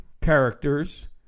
characters